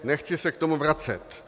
Nechci se k tomu vracet.